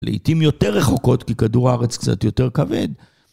לעתים יותר רחוקות כי כדור הארץ קצת יותר כבד.